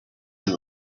him